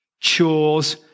chores